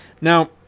Now